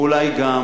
ואולי גם